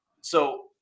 So-